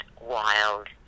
wild